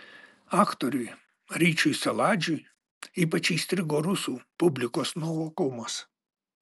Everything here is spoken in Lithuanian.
aktoriui ryčiui saladžiui ypač įstrigo rusų publikos nuovokumas